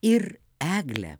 ir eglę